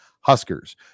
Huskers